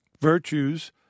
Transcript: Virtues